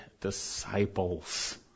disciples